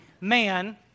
man